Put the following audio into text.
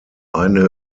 eine